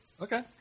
Okay